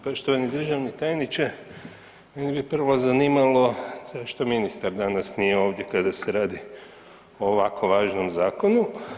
Poštovani državni tajniče, mene bi prvo zanimalo zašto ministar danas nije ovdje kada se radi o ovako važnom zakonu?